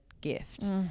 gift